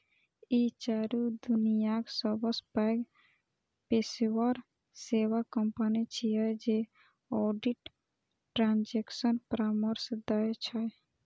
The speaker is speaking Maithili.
ई चारू दुनियाक सबसं पैघ पेशेवर सेवा कंपनी छियै जे ऑडिट, ट्रांजेक्शन परामर्श दै छै